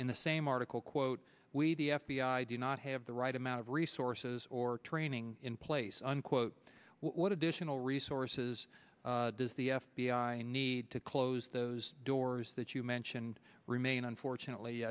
in the same article quote we the f b i do not have the right amount of resources or training in place unquote what additional resources does the f b i need to close those doors that you mentioned remain unfortunately